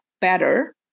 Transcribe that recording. better